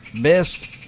best